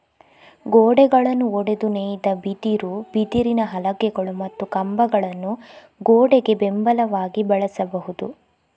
ಗೋಡೆಗಳನ್ನು ಒಡೆದು ನೇಯ್ದ ಬಿದಿರು, ಬಿದಿರಿನ ಹಲಗೆಗಳು ಮತ್ತು ಕಂಬಗಳನ್ನು ಗೋಡೆಗೆ ಬೆಂಬಲವಾಗಿ ಬಳಸಬಹುದು